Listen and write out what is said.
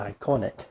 iconic